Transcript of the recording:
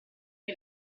che